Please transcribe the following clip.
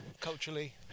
culturally